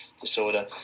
disorder